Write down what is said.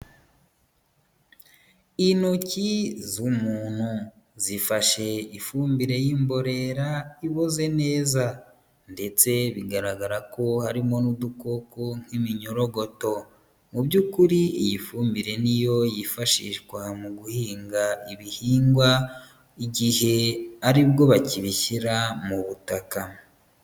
Intoki z'umuntu zifashe ifumbire y'imborera iboze neza ndetse bigaragara ko harimo n'udukoko nk'iminyorogoto, mu bykuri iyi fumbire niyo yifashishwa mu guhinga ibihingwa igihe aribwo bakibishyira mu butaka